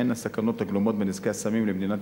אין הסכנות הגלומות בנזקי הסמים למדינת